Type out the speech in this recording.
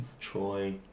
Troy